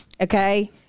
Okay